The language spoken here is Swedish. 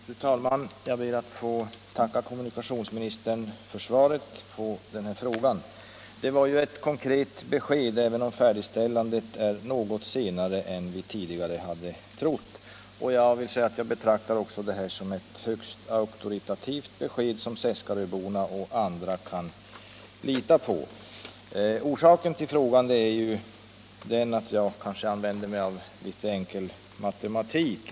Fru talman! Jag ber att få tacka kommunikationsministern för svaret på min fråga. Det var ett konkret besked, även om färdigställandet av bron kommer något senare än vi hade trott. Jag betraktar svaret som ett högst auktoritativt besked som Seskaröborna och andra kan lita på. Orsaken till frågan var att jag kanske använde mig av litet enkel matematik.